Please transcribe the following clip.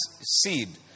seed